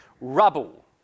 rubble